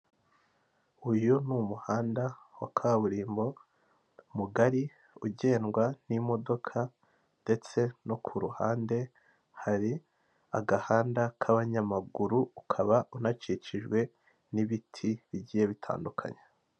Uyu ni umuhanda wa kaburimbo mugari ugendwa n'imodoka, ndetse no ku ruhande hari agahanda k'abanyamaguru, ukaba unakikijwe n'ibiti bigiye bitandukanye.